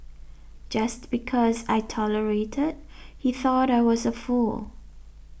just because I tolerated he thought I was a fool